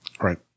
Right